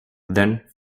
then